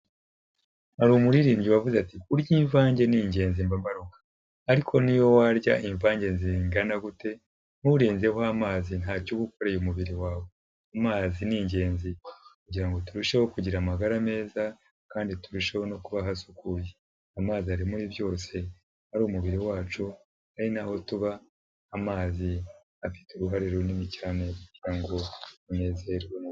Hari umuririmbyi wavuze ati :''Kurya imvange ni ingenzi mba mbaroga. '' Ariko n'iyo warya imvange zingana gute nturenzeho amazi ntacyo ubaukoreye umubiri wawe. Amazi ni ingenzi kugira ngo turusheho kugira amagara meza kandi turusheho no kuba ahasukuye. Amazi ari muri byose ari umubiri wacu ari naho tuba, amazi afite uruhare runini cyane kugira ngo tunezerwe.